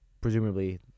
Presumably